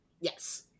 Yes